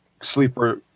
sleeper